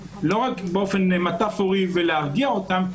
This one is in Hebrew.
לא רק באופן מטפורי ולהרגיע אותם,